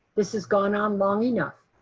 this has gone on long enough.